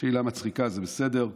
שאלה מצחיקה, אז בסדר.